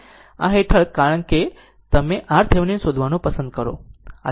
આ હેઠળ છે કારણ કે આ તમે RThevenin શોધવાનું પસંદ કરો